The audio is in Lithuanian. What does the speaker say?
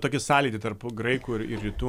tokį sąlytį tarp graikų ir ir rytų